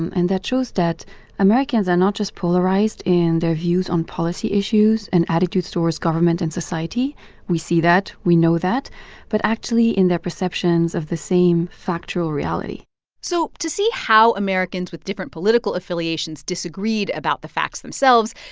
and that shows that americans are not just polarized in their views on policy issues and attitudes towards government and society we see that. we know that but actually, in their perceptions of the same factual reality so to see how americans with different political affiliations disagreed about the facts themselves,